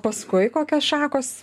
paskui kokios šakos